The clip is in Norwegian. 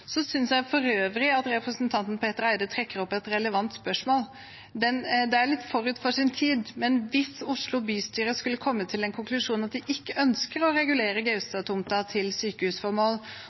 Jeg synes for øvrig at representanten Petter Eide stiller et relevant spørsmål. Det er litt forut for sin tid, men hvis Oslo bystyre skulle komme til en konklusjon om at de ikke ønsker å regulere Gaustad-tomten til sykehusformål,